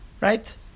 Right